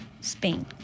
Spain